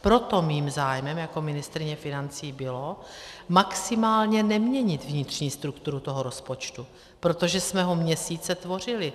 Proto mým zájmem jako ministryně financí bylo maximálně neměnit vnitřní strukturu toho rozpočtu, protože jsme ho měsíce tvořili.